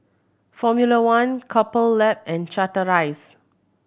Formula One Couple Lab and Chateraise